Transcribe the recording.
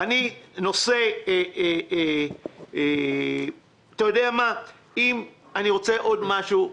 אני רוצה לומר עוד משהו.